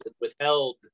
withheld